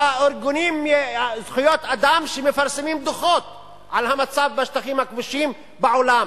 הארגונים לזכויות אדם שמפרסמים דוחות על המצב בשטחים הכבושים בעולם.